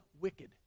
wicked